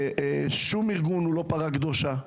שום ארגון הוא לא פרה קדושה.